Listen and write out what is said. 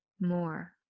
more